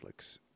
Netflix